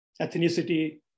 ethnicity